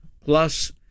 Plus